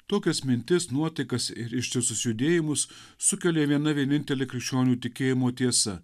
tokias mintis nuotaikas ir ištisus judėjimus sukelia viena vienintelė krikščionių tikėjimo tiesa